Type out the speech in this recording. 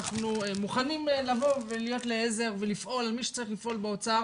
אנחנו מוכנים לבוא ולהיות לעזר ולפעול עם מי שצריך לפעול באוצר,